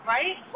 Right